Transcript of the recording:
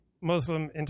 Muslim